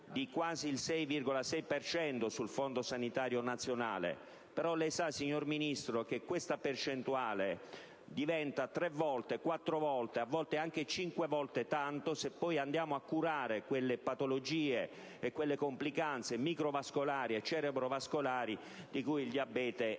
per quasi il 6,6 per cento sul Fondo sanitario nazionale. Però lei sa, signor Ministro, che questa percentuale diventa tre, quattro o anche cinque volte tanto se si vanno a curare quelle patologie e complicanze microvascolari e cerebrovascolari di cui il diabete è